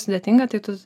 sudėtinga tai tu